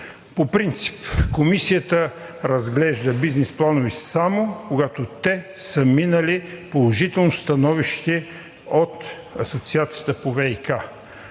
По принцип Комисията разглежда бизнес планове само, когато те са минали положително становище от Асоциацията по ВиК.